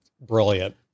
brilliant